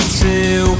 two